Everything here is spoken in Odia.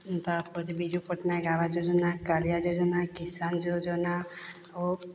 ତା'ପରେ ବିଜୁ ପଟ୍ଟନାୟକ ଆବାସ ଯୋଜନା କାଳିଆ ଯୋଜନା କିଶାନ ଯୋଜନା ଓ